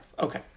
Okay